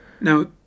Now